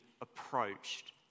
approached